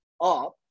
up